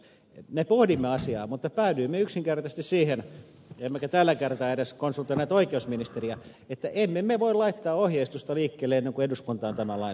me pohdimme asiaa mutta päädyimme yksinkertaisesti siihen emmekä tällä kertaa edes konsultoineet oikeusministeriä että emme me voi laittaa ohjeistusta liikkeelle ennen kuin eduskunta on tämän lain hyväksynyt